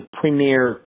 premier